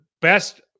best –